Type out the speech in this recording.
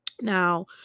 Now